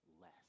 less